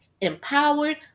empowered